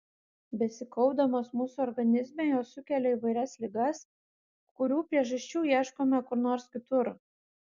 besikaupdamos mūsų organizme jos sukelia įvairias ligas kurių priežasčių ieškome kur nors kitur